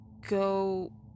go